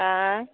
आँय